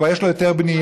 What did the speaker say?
כבר יש לו היתר בנייה.